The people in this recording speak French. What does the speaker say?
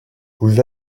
vous